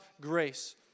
grace